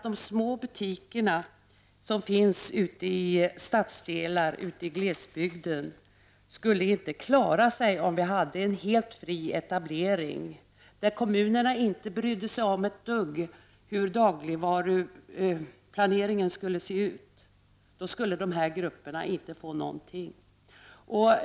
De små butikerna i stadsdelarna och på glesbygden skulle inte klara sig om vi hade en helt fri etablering, där kommunerna inte ett dugg behövde bry sig om hur dagligvaruplaneringen skall se ut. Då skulle dessa grupper inte få någonting.